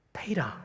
Peter